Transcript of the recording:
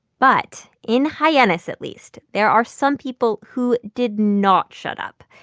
but in hyannis, at least, there are some people who did not shut up.